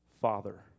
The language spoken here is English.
Father